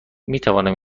میتوانم